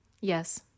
Yes